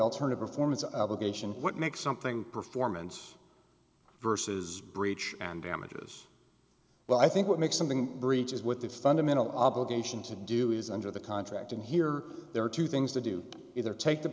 alternative forms of location what makes something performance versus breach and damages but i think what makes something breach is what the fundamental obligation to do is under the contract and here there are two things to do either take the